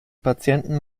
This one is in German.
patienten